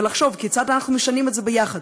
ולחשוב כיצד אנחנו משנים את זה יחד,